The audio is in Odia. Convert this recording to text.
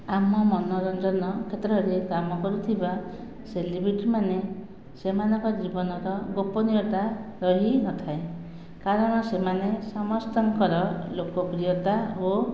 ଆମ ମନୋରଞ୍ଜନ କ୍ଷେତ୍ର ରେ କାମ କରୁଥିବା ସେଲିବ୍ରିଟି ମାନେ ସେମାନଙ୍କ ଜୀବନର ଗୋପନୀୟତା ରହି ନଥାଏ କାରଣ ସେମାନେ ସମସ୍ତଙ୍କର ଲୋକପ୍ରିୟତା ଓ